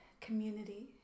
community